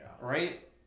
Right